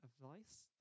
advice